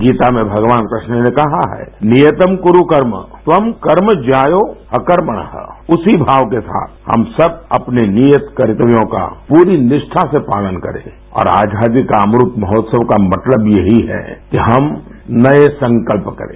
गीता में भगवान कृष्ण ने कहा है नियतं कुरु कर्म त्वं कर्म ज्यायो ह्यकर्मणरू उसी भाव के साथ हम सब अपने नियत कर्तव्यों का पूरी निष्ठा से पालन करें और आजादी का अमृत महोत्सव का मतलब यही है कि हम नए संकल्प करें